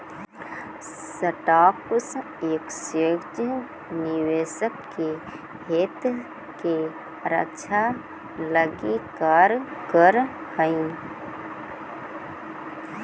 stock exchange निवेशक के हित के रक्षा लगी कार्य करऽ हइ